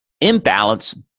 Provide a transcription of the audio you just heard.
imbalance